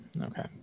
Okay